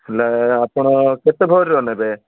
ହେଲେ ଆପଣ କେତେ ଭରିର ନେବେ